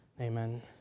Amen